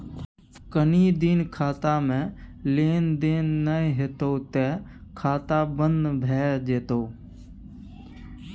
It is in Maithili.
कनी दिन खातामे लेन देन नै हेतौ त खाता बन्न भए जेतौ